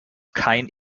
kein